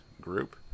group